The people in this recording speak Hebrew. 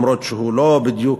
גם אם הוא לא בדיוק,